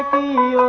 a